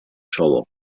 czoło